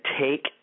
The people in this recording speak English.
take